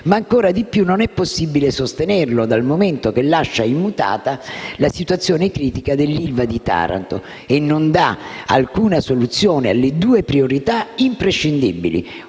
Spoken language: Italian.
ma ancor di più non è possibile sostenerlo, dal momento che lascia immutata la situazione critica dell'ILVA di Taranto e non dà alcuna soluzione alle due priorità imprescindibili,